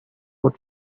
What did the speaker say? wood